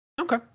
Okay